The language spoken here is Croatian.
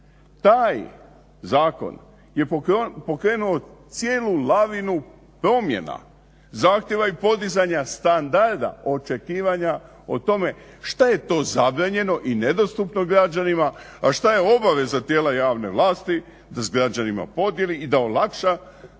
Taj zakon je pokrenuo cijelu lavinu promjena, zahtjeva i podizanja standarda očekivanja o tome šta je to zabranjeno i nedostupno građanima, a šta je obaveza tijela javne vlasti da s građanima podijeli i da olakša dostupnost